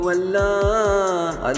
Allah